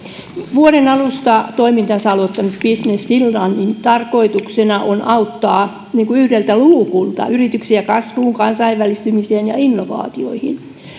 vuoden alusta toimintansa aloittaneen business finlandin tarkoituksena on auttaa yhdeltä luukulta yrityksiä kasvuun kansainvälistymiseen ja innovaatioihin